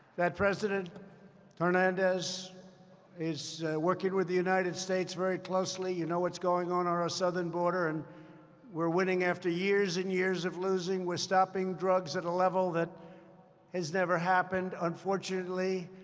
that president hernandez is working with the united states very closely. you know what's going on on our southern border. and we're winning after years and years of losing. we're stopping drugs at a level that has never happened. unfortunately,